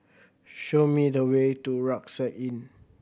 show me the way to Rucksack Inn